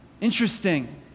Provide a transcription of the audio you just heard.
Interesting